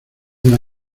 una